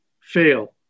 fail